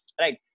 right